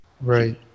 Right